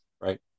Right